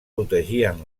protegien